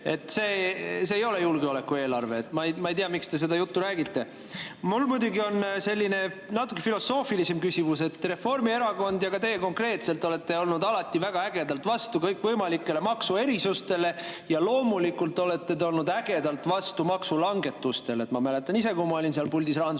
See ei ole julgeolekueelarve. Ma ei tea, miks te seda juttu räägite. Mul muidugi on selline natuke filosoofilisem küsimus. Reformierakond ja ka teie konkreetselt olete olnud alati väga ägedalt vastu kõikvõimalikele maksuerisustele. Ja loomulikult olete te olnud ägedalt vastu maksulangetusele. Ma mäletan ise, kui ma olin seal puldis